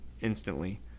instantly